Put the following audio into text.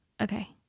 Okay